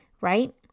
right